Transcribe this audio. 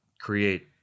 create